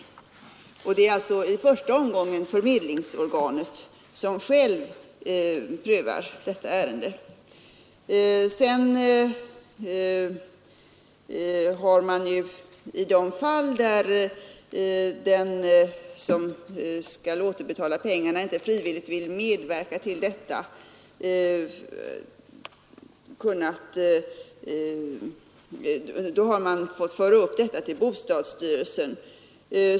Det är alltså i första omgången förmedlingsorganet som själv prövar detta ärende. I de fall där den som skall återbetala pengarna inte frivilligt vill medverka till detta får man föra upp ärendet till bostadsstyrelsen.